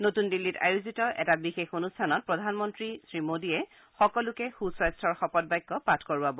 নতুন দিল্লীত আয়োজিত এটা বিশেষ অনুষ্ঠানত প্ৰধানমন্ত্ৰী মোডীয়ে সকলোকে সুস্বাস্থৰ শপতবাক্য পাঠ কৰোৱাব